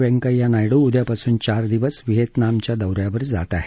वेंकय्या नायडू उद्यापासून चार दिवस व्हिएतनामच्या दौ यावर जात आहेत